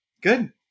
Good